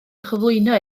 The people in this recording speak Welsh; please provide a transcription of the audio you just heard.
chyflwyno